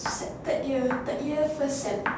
her third year third year first sem